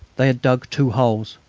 they had dug two holes,